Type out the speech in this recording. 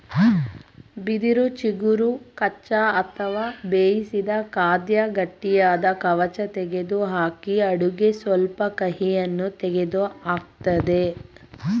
ಬಿದಿರು ಚಿಗುರು ಕಚ್ಚಾ ಅಥವಾ ಬೇಯಿಸಿದ ಖಾದ್ಯ ಗಟ್ಟಿಯಾದ ಕವಚ ತೆಗೆದುಹಾಕಿ ಅಡುಗೆ ಸ್ವಲ್ಪ ಕಹಿಯನ್ನು ತೆಗೆದುಹಾಕ್ತದೆ